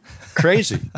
Crazy